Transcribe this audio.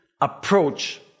approach